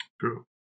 True